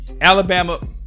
alabama